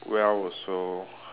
well also